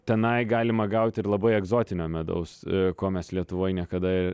tenai galima gaut ir labai egzotinio medaus ko mes lietuvoj niekada